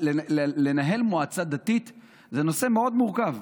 לנהל מועצה דתית זה נושא מאוד מורכב,